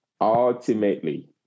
Ultimately